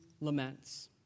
laments